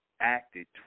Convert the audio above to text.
acted